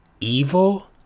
Evil